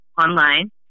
online